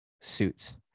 suits